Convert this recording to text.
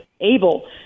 able